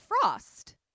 Frost